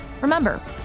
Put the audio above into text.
Remember